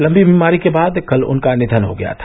लम्बी बीमारी के बाद कल उनका निधन हो गया था